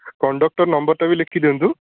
conductor ନମ୍ବରଟା ବି ଲେଖିଦିଅନ୍ତୁ